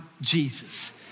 Jesus